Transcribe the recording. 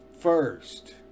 First